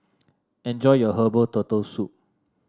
enjoy your Herbal Turtle Soup